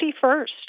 first